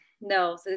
no